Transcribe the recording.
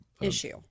issue